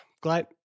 glad